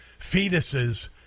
fetuses